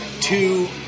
two